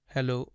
Hello